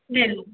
ये लो